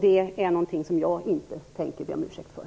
Det är någonting som jag inte tänker be om ursäkt för.